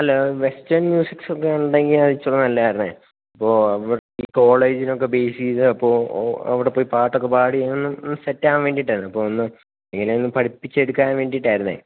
അല്ല western musics ഒക്കെയുണ്ടെങ്കില് അത് ഇത്തിരി കൂടെ നല്ലതായിരുന്നു അപ്പോള് അവർക്ക് ഈ കോളേജിനെയൊക്കെ ബേസ് ചെയ്ത് അവിടെപ്പോയി പാട്ടൊക്കെ പാടി ഒന്ന് ഒന്ന് സെറ്റാകാൻ വേണ്ടിയിട്ടായിരുന്നു അപ്പോള് ഒന്ന് എങ്ങനെയുമൊന്ന് പഠിപ്പിച്ചെടുക്കാൻ വേണ്ടിയിട്ടായിരുന്നു